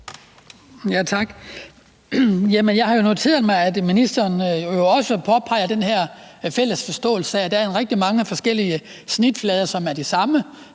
Jeg har jo noteret mig, at ministeren også påpeger den her fælles forståelse af, at der er rigtig mange forskellige snitflader, som stemmer